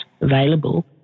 available